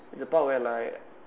it's the part where like